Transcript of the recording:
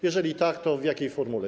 Jeżeli tak, to w jakiej formule?